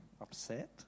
Upset